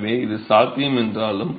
எனவே இது சாத்தியம் என்றாலும்